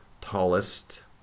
tallest